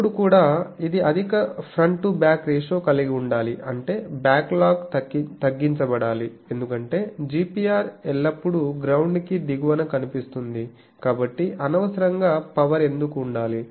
అప్పుడు కూడా ఇది అధిక ఫ్రంట్ టు బ్యాక్ రేషియో కలిగి ఉండాలి అంటే బ్యాక్లాగ్ తగ్గించబడాలి ఎందుకంటే GPR ఎల్లప్పుడూ గ్రౌండ్ కి దిగువన కనిపిస్తుంది కాబట్టి అనవసరంగా పవర్ ఎందుకు ఉండాలి